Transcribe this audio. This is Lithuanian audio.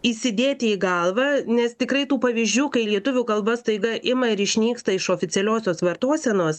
įsidėti į galvą nes tikrai tų pavyzdžių kai lietuvių kalba staiga ima ir išnyksta iš oficialiosios vartosenos